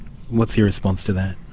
what's your response to that?